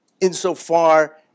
insofar